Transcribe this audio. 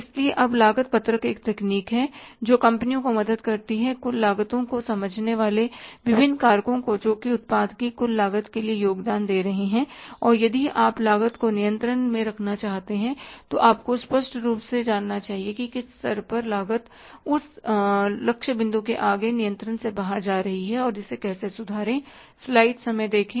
इसलिए अब लागत पत्रक एक तकनीक है जो कंपनियों को मदद करती है कुल लागतों को समझने वाले विभिन्न कारकों को जो कि उत्पाद की कुल लागत के लिए योगदान दे रहे हैं और यदि आप लागत को नियंत्रण में रखना चाहते हैं तो आपको स्पष्ट रूप से जानना चाहिए कि किस स्तर पर लागत उस लक्ष्य बिंदु के आगे नियंत्रण से बाहर जा रही है और इसे कैसे सुधारें